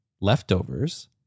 Leftovers